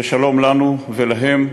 ושלום לנו ולהם,